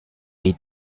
way